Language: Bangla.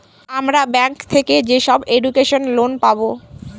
আমরা ব্যাঙ্ক থেকে যেসব এডুকেশন লোন পাবো